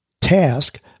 task